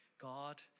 God